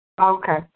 Okay